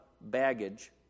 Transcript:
baggage